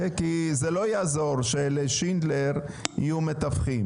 כי זה לא יעזור שלשינדלר יהיו מתווכים.